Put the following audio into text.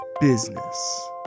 business